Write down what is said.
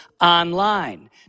online